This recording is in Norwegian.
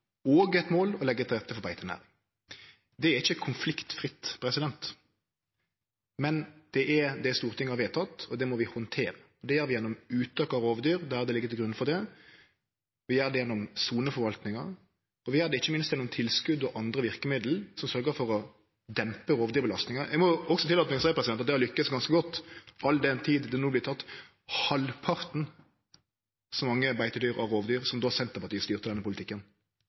og eit mål å leggje til rette for beitenæring. Det er ikkje konfliktfritt, men det er det Stortinget har vedteke, og det må vi handtere. Det gjer vi gjennom uttak av rovdyr der det ligg til grunn for det, vi gjer det gjennom soneforvaltinga, og vi gjer det ikkje minst gjennom tilskot og andre verkemiddel som sørgjer for å dempe rovdyrbelastinga. Eg må òg tillate meg å seie at det har lukkast ganske godt, all den tid det no vert teke halvparten så mange beitedyr og rovdyr som då Senterpartiet styrte denne politikken.